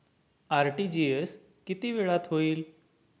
RTGS किती वेळात होईल?